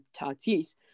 Tatis